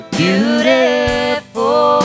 beautiful